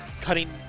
cutting